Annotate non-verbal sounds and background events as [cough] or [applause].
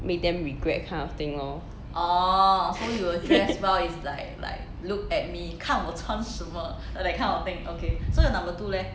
make them regret kind of thing lor [laughs]